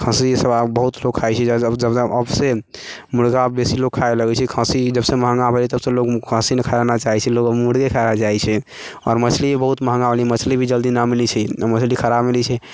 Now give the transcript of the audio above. खस्सी ई सभ आब बहुत लोग खाइ छै मुर्गा बेसी लोग खाइ लगै छै खस्सी जबसँ महँगा भेलै तब सँ लोग खस्सी नहि खेनाइ चाहै छै लोग मुर्गे खाइ लअ चाहै छै आओर मछली बहुत महँगा होलै मछली भी जल्दी नहि मिलै छै मछली खराब मिलै छै